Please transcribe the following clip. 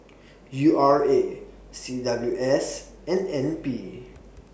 U R A C W S and N P